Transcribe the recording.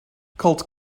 cult